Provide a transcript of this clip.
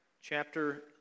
chapter